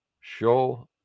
show